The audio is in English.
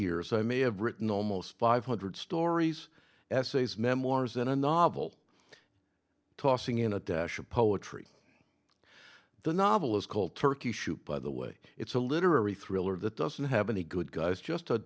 years i may have written almost five hundred stories essays memoirs in a novel tossing in a dash of poetry the novel is called turkey shoot by the way it's a literary thriller that doesn't have any good guys just a